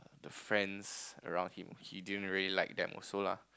friends around him he didn't really like them also lah